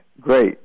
great